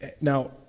Now